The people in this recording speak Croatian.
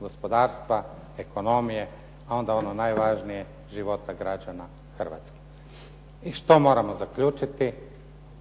gospodarstva, ekonomije a onda ono najvažnije života građana Hrvatske. I što moramo zaključiti?